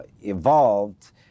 evolved